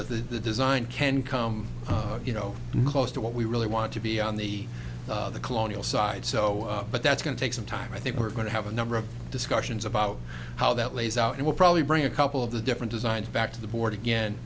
that the the design can come you know close to what we really want to be on the colonial side so but that's going to take some time i think we're going to have a number of discussions about how that plays out and will probably bring a couple of the different designs back to the board again